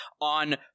on